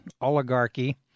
oligarchy